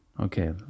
Okay